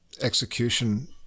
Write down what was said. execution